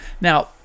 Now